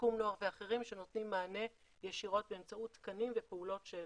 שיקום נוער ואחרים שנותנים מענה ישירות באמצעות תקנים ופעולות של